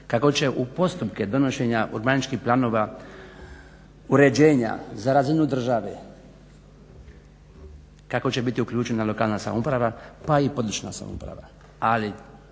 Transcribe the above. kako će u postupke donošenja urbaničkih planova uređenja za razinu države kako će biti uključena lokalna samouprava pa i područna samouprava. Ali